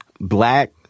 Black